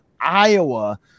Iowa